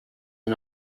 and